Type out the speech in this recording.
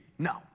No